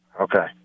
Okay